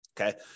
Okay